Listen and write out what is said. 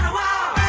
wow